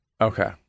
Okay